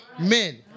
men